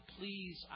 please